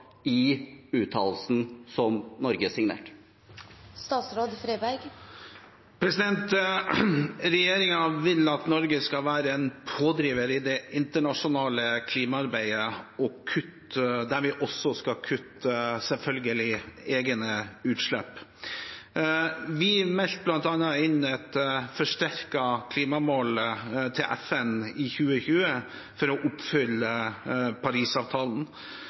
i uttalelsen som Norge signerte? Regjeringen vil at Norge skal være en pådriver i det internasjonale klimaarbeidet, der vi selvfølgelig også skal kutte egne utslipp. Vi meldte bl.a. inn et forsterket klimamål til FN i 2020 for å oppfylle